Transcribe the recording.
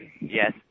Yes